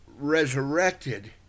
resurrected